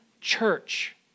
church